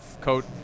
Coat